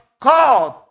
called